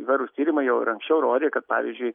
įvairūs tyrimai jau ir anksčiau rodė kad pavyzdžiui